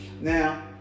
Now